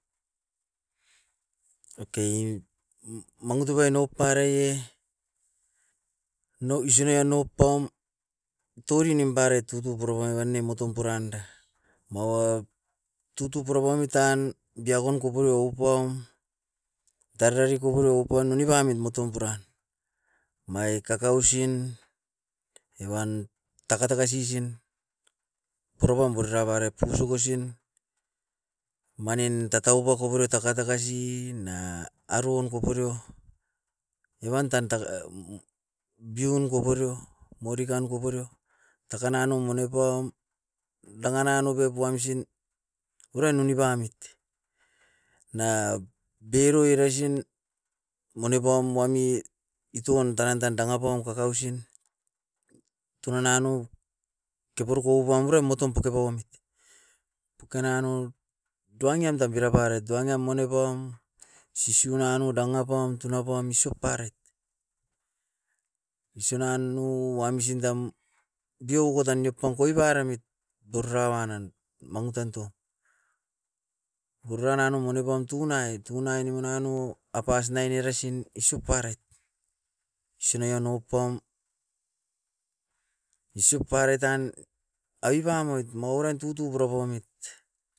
Oke, mangu toupai nouparaie nou isunia noupaum turi nimparet tutu puraua wan nem moton puranda. Maua tutu purapamit tan diakon koporio upaum, darari koporio upam nonibamit moton puran. Mai kakausin evan takataka sisin poropam borira barep pugusugu sin manin tataubo koporio takatakasi na arouon koporio. Evan tan taka biubin koporio, morikan koporio takan nanou monepam dangan nanou pep uamsin uruain ounibamit. Na beiroi resin monepaum wami itun tanan tan danga paum kakausin, tunan nanou keporuku oupam urem moton pokeba wam. Poken nanou duangiam tam piraparet, duangiam monepaum sisiu nanou dangapam tunapam isop paraet. Isonan nou wamsin tam diokot taniop koiki baremit purura wan nan. Mangutan toum, uran nanu monepam tunai. Tunai nimun nanou half pas nine eresin isop paraet, sunai anoupam isop paraet tan abipamoit mauran tutu purapaumit.